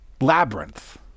labyrinth